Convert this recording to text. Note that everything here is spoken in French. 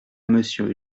monsieur